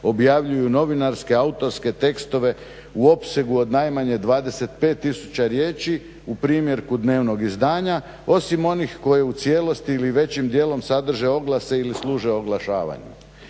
objavljuju novinarske, autorske tekstove u opsegu od najmanje 25 tisuća riječi u primjerku dnevnog izdanja osim onih koje u cijelosti ili većim dijelom sadrže oglase ili služe oglašavanju".